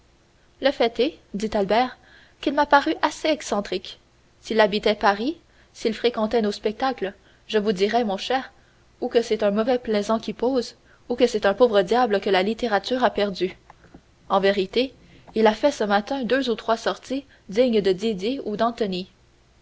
le fait est dit albert qu'il m'a paru assez excentrique s'il habitait paris s'il fréquentait nos spectacles je vous dirais mon cher ou que c'est un mauvais plaisant qui pose ou que c'est un pauvre diable que la littérature a perdu en vérité il a fait ce matin deux ou trois sorties dignes de didier ou d'antony